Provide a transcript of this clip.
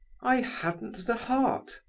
i hadn't the heart,